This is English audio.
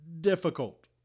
difficult